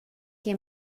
che